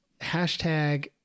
hashtag